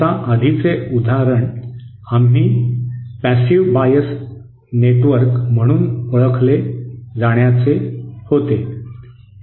आता आधीचे उदाहरण आम्ही निष्क्रिय बायस नेटवर्क म्हणून ओळखले जाण्याचे एक उदाहरण होते